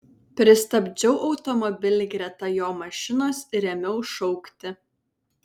pristabdžiau automobilį greta jo mašinos ir ėmiau šaukti